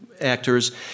actors